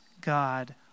God